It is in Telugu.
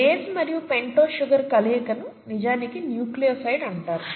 బేస్ మరియు పెంటోస్ షుగర్ కలయికను నిజానికి న్యూక్లియోసైడ్ అంటారు